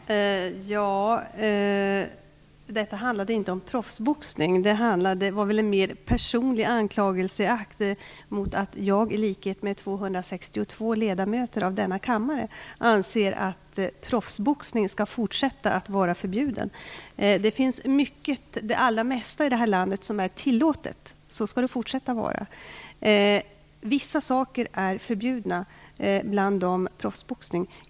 Herr talman! Detta handlade inte om proffsboxning. Det var snarast en personlig anklagelseakt mot att jag i likhet med 262 ledamöter av denna kammare anser att proffsboxning skall vara förbjuden även i fortsättningen. Mycket, det allra mesta, i det här landet är tillåtet, och så skall det fortsätta att vara. Vissa saker är förbjudna, bl.a. proffsboxning.